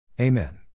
Amen